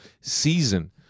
season